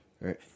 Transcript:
right